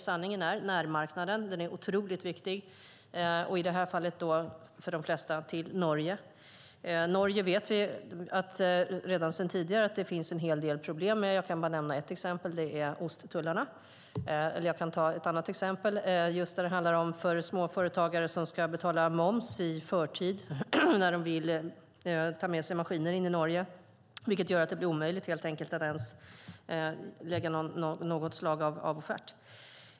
Sanningen är att närmarknaden är otroligt viktig, i det här fallet för de flesta Norge. Norge finns det en hel del problem med, det vet vi sedan tidigare. Jag kan nämna ett exempel, och det är osttullarna. Jag kan ta ett annat exempel. Småföretagare ska betala moms i förtid när de vill ta med sig maskiner in i Norge. Det blir omöjligt att inte ens lämna något slags offert.